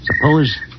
suppose